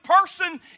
person